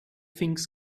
things